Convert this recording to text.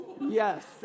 Yes